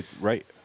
Right